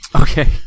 Okay